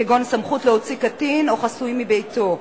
כגון סמכות להוציא קטין או חסוי מביתו,